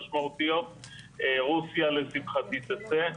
רוסיה לשמחתי תצא,